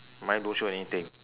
mine don't show anything